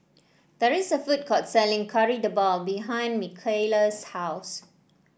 there is a food court selling Kari Debal behind Mikaila's house